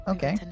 Okay